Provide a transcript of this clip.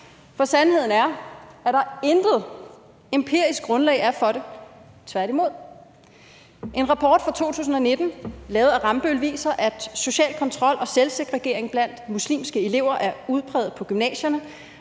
For sandheden er, at der intet empirisk grundlag er for det, tværtimod. En rapport fra 2019 lavet af Rambøll viser, at social kontrol og selvsegregering blandt muslimske elever er udpræget på gymnasierne,